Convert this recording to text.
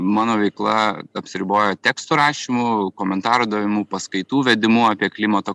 mano veikla apsiribojo tekstų rašymu komentarų davimu paskaitų vedimu apie klimato